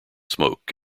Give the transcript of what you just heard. smoke